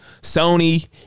Sony